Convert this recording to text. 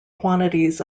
quantities